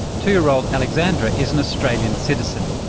two-year-old alexandra is an australian citizen,